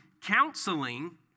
counseling